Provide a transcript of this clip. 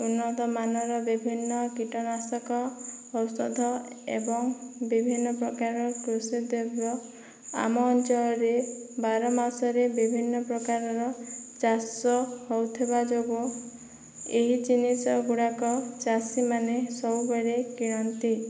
ଉନ୍ନତମାନର ବିଭିନ୍ନ କୀଟନାଶକ ଔଷଧ ଏବଂ ବିଭିନ୍ନ ପ୍ରକାର କୃଷି ଦ୍ରବ୍ୟ ଆମ ଅଞ୍ଚଳରେ ବାର ମାସରେ ବିଭିନ୍ନ ପ୍ରକାରର ଚାଷ ହେଉଥିବା ଯୋଗୁଁ ଏହି ଜିନିଷ ଗୁଡ଼ାକ ଚାଷୀମାନେ ସବୁବେଳେ କିଣନ୍ତି